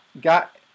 got